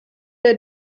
der